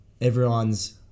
everyone's